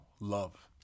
love